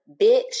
Bitch